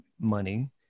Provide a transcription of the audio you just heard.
money